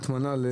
מההטמנה?